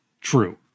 true